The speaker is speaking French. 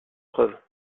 preuves